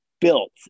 built